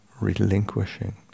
relinquishing